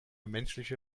menschliche